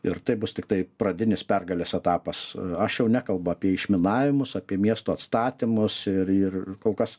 ir tai bus tiktai pradinis pergalės etapas aš jau nekalbu apie išminavimus apie miestų atstatymus ir ir kol kas